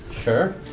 Sure